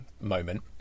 moment